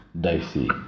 dicey